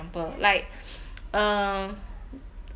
like uh